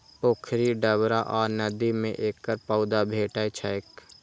पोखरि, डबरा आ नदी मे एकर पौधा भेटै छैक